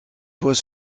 was